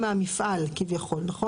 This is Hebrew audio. וגם מה שכאן הוא בסעיף (6).